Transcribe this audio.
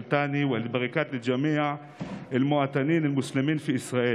רוצה לברך את כל התושבים המוסלמים בישראל